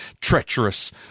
treacherous